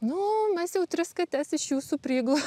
nu mes jau tris kates iš jūsų priglau